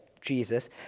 Jesus